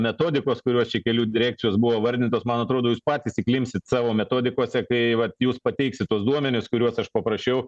metodikos kurios čia kelių direkcijos buvo vardintos man atrodo jūs patys įklimpsit savo metodikose kai vat jūs pateiksit tuos duomenis kuriuos aš paprašiau